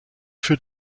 für